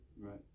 right